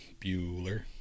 bueller